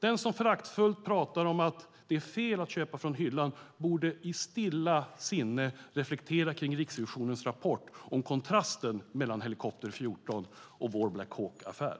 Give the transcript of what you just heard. Den som föraktfullt pratar om att det är fel att köpa från hyllan borde reflektera över Riksrevisionens rapport när det gäller kontrasten mellan helikopter 14 och vår Black Hawk-affär.